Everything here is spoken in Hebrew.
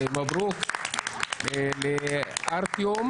מברוכ לארטיום